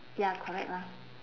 ya correct lah